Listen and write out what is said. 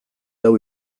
lau